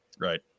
right